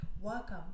Welcome